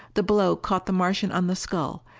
the blow caught the martian on the skull,